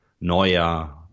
Neuer